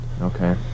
Okay